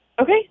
Okay